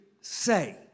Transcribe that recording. say